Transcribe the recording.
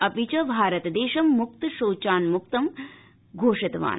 अपि च भारत देशम् मुक्त शोचान्मुक्त घोषितवान्